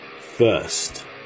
First